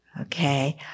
okay